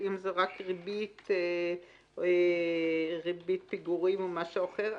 האם זה רק ריבית פיגורים או משהו אחר?